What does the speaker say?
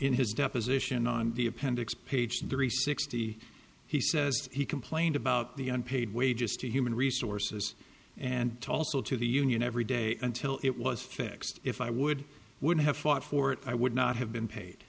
in his deposition on the appendix page three sixty he says he complained about the unpaid wages to human resources and also to the union every day until it was fixed if i would would have fought for it i would not have been paid